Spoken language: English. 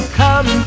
come